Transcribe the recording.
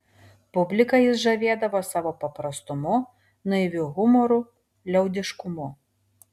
publiką jis žavėdavo savo paprastumu naiviu humoru liaudiškumu